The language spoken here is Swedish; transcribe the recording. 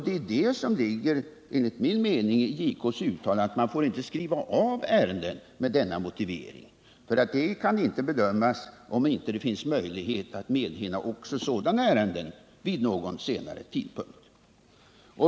Det är det som enligt min uppfattning ligger i justitiekanslerns uttalande att man inte får skriva av ärenden med den motiveringen, för det kan inte bedömas om det inte finns möjligheter att medhinna också sådana ärenden vid någon senare tidpunkt.